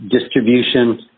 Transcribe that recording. distribution